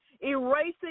Erasing